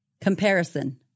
Comparison